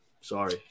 Sorry